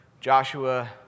Joshua